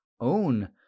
own